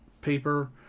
Paper